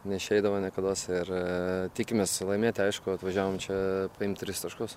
neišeidavo niekados ir tikimės laimėti aišku atvažiavom čia paimt tris taškus